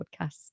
podcast